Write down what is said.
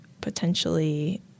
potentially